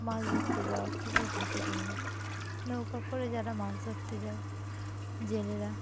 মাছ ধরতে যাওয়া খুবই ঝুঁকিপূর্ণ নৌকা করে যারা মাছ ধরতে যায় জেলেরা